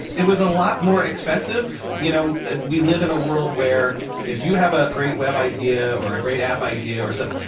it was a lot more expensive. you know we live in a world where if you have a great web idea, or a great app idea or stuff,